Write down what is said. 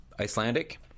Icelandic